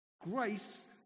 grace